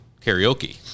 karaoke